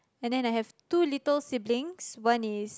and then I have two little siblings one is